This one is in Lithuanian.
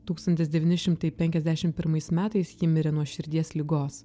tūkstantis devyni šimtai penkiasdešim pirmais metais ji mirė nuo širdies ligos